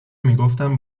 میگفتم